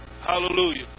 Hallelujah